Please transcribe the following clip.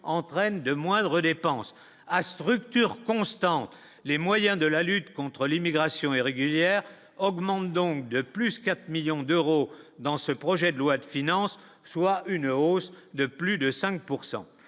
entraîne de moindres dépenses à structure constante, les moyens de la lutte contre l'immigration irrégulière augmente donc de plus 4 millions d'euros dans ce projet de loi de finances, soit une hausse de plus de 5